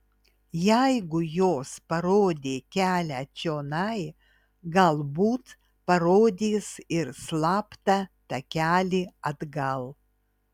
jeigu jos parodė kelią čionai galbūt parodys ir slaptą takelį atgal